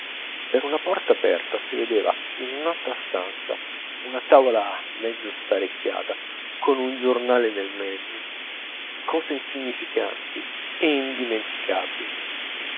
per una porta aperta si vedeva in un'altra stanza una tavola mezzo sparecchiata con un giornale nel mezzo cose insignificanti e indimenticabili